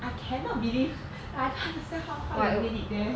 I cannot believe like I don't understand how how they made it there